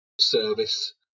service